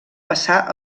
passà